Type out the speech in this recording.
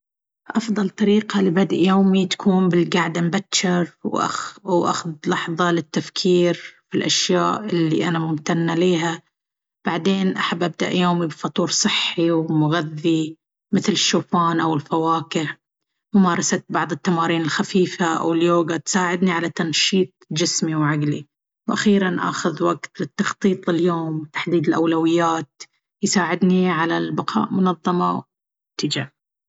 أفضل طريقة لبدء يومي تكون بالقعدة مبجر وأخ-أخذ لحظة للتفكير في الأشياء اللي أنا ممتنة ليها. بعدين، أحب أبدأ يومي بفطور صحي ومغذي، مثل الشوفان أو الفواكه. ممارسة بعض التمارين الخفيفة أو اليوغا تساعدني على تنشيط جسمي وعقلي. وأخيرًا، أخذ وقت للتخطيط لليوم وتحديد الأولويات يساعدني على البقاء منظمة ومنتجة.